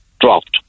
dropped